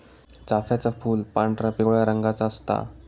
चाफ्याचा फूल पांढरा, पिवळ्या रंगाचा असता